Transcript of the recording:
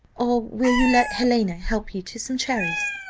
or will you let helena help you to some cherries?